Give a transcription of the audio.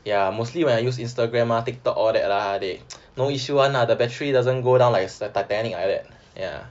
ya mostly when I use instagram ah tiktok all that lah they no issue [one] ah the battery doesn't go down like the titanic like that ya